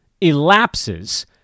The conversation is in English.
elapses